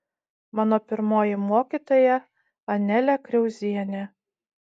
mano pirmoji mokytoja anelė kriauzienė